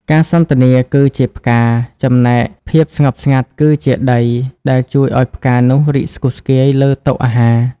ការសន្ទនាគឺជាផ្កា ចំណែកភាពស្ងប់ស្ងាត់គឺជាដីដែលជួយឱ្យផ្កានោះរីកស្គុស្គាយលើតុអាហារ។